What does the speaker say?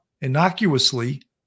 innocuously